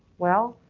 well,